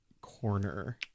corner